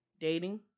dating